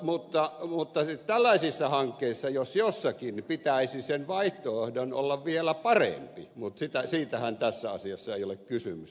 mutta tällaisissa hankkeissa jos joissakin pitäisi sen vaihtoehdon olla vielä parempi mutta siitähän tässä asiassa ei ole kysymys